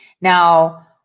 Now